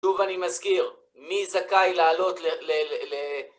שוב אני מזכיר, מי זכאי לעלות ל...